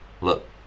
look